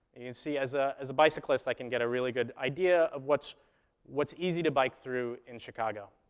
you can see, as ah as a bicyclist, i can get a really good idea of what's what's easy to bike through in chicago.